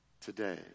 today